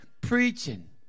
preaching